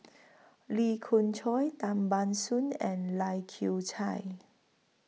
Lee Khoon Choy Tan Ban Soon and Lai Kew Chai